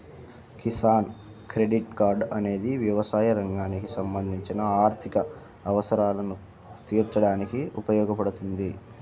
Kisan credit card అనేది వ్యవసాయ రంగానికి సంబంధించిన ఆర్థిక అవసరాలను తీర్చడానికి ఉపయోగపడుతుంది